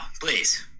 please